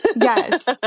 Yes